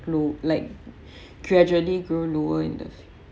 grow like gradually grow lower